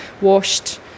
washed